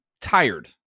tired